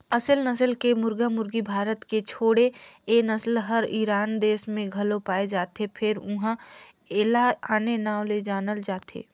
असेल नसल के मुरगा मुरगी भारत के छोड़े ए नसल हर ईरान देस में घलो पाये जाथे फेर उन्हा एला आने नांव ले जानल जाथे